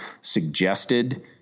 suggested